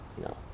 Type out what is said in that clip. no